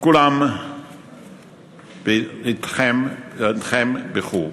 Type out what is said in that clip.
כּוּל עָאם ואִנתום בחֵיר.